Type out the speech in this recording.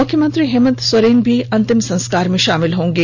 मुख्यमंत्री हेमंत सोरेन भी अंतिम संस्कार में शामिल होंगे